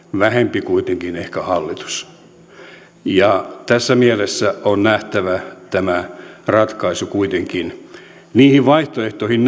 vähempi kuitenkin ehkä hallitus tässä mielessä on nähtävä tämä ratkaisu kuitenkin niihin vaihtoehtoihin